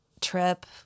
trip